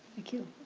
thank you.